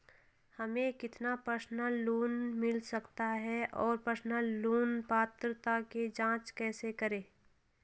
हमें कितना personal loan मिल सकता है और पर्सनल लोन पात्रता की जांच कैसे करें?